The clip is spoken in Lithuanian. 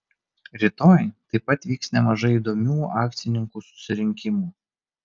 rytoj taip pat vyks nemažai įdomių akcininkų susirinkimų